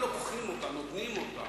כך אבא שלי לימד אותי.